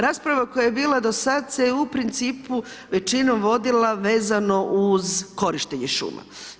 Rasprava koja je bila do sada se u principu većinom vodila vezano uz korištenje šuma.